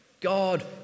God